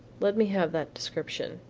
let me have that description,